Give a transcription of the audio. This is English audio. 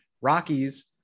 Rockies